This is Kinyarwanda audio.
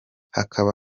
hakaba